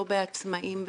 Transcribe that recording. לא בעצמאים ותשושים,